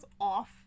off